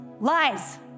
Lies